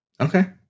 Okay